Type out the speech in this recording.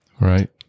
Right